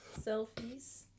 selfies